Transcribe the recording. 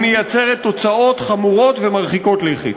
והיא מייצרת תוצאות חמורות ומרחיקות לכת.